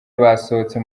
basohotse